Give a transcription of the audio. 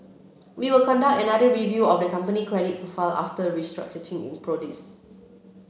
we will conduct another review of the company credit profile after the restructuring is produced